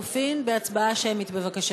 בהצבעה שמית, בבקשה.